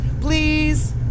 Please